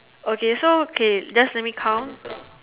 okay so okay just let me count